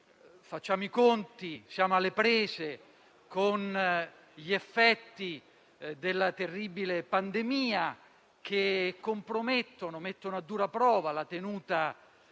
facciamo i conti e siamo alle prese con gli effetti della terribile pandemia che compromettono e mettono a dura prova la tenuta